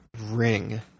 ring